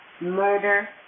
murder